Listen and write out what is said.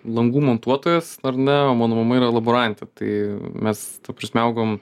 langų montuotojas ar ne o mano mama yra laborantė tai mes prasme augom